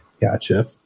Gotcha